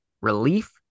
relief